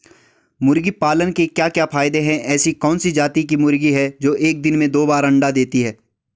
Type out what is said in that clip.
मुर्गी पालन के क्या क्या फायदे हैं ऐसी कौन सी जाती की मुर्गी है जो एक दिन में दो बार अंडा देती है?